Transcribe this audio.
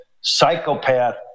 psychopath